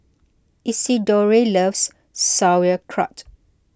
Isidore loves Sauerkraut